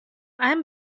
ein